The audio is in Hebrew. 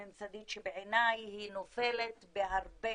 הממסדית שבעיניי היא נופלת בהרבה